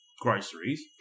groceries